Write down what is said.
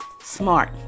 smart